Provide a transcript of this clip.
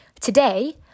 Today